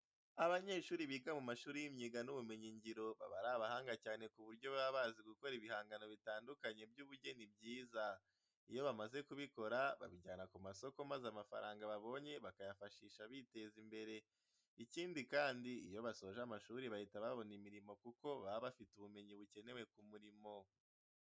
Abanyeshuri biga mu mashuri y'imyuga n'ubumenyingiro baba ari abahanga cyane ku buryo baba bazi gukora ibihangano bitandukanye by'ubugeni byiza. Iyo bamaze kubikora babijyana ku masoko maza amafaranga babonye bakayifashisha biteza imbere. Ikindi kandi, iyo basoje amashuri bahita babona imirimo kuko baba bafite ubumenyi bukenewe ku murimo.